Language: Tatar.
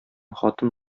хатын